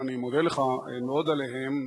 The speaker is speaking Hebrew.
ואני מודה לך מאוד עליהם,